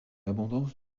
abondance